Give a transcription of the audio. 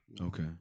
Okay